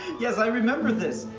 yes, i remember this.